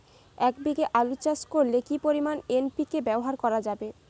এক বিঘে আলু চাষ করলে কি পরিমাণ এন.পি.কে ব্যবহার করা যাবে?